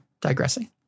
digressing